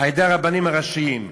על-ידי הרבנים הראשיים.